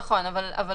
נכון, אבל